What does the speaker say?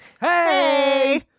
Hey